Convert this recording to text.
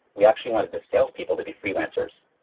we actually wanted the salespeople to be freelancers.